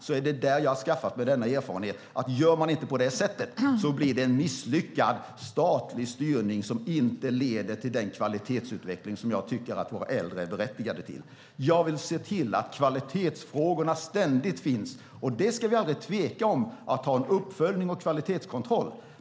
Det är där jag har skaffat mig denna erfarenhet som säger att om man inte gör på det sättet så blir det en misslyckad statlig styrning som inte leder till den kvalitetsutveckling som jag tycker att våra äldre är berättigade till. Jag vill se till att kvalitetsfrågorna ständigt finns, och vi ska aldrig tveka om att ha en uppföljning och en kvalitetskontroll.